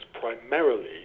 primarily